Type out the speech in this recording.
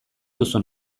duzu